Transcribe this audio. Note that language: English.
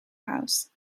house